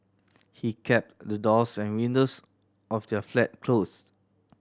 he kept the doors and windows of their flat closed